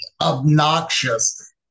obnoxious